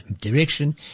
direction